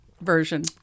version